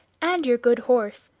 and your good horse.